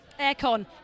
Aircon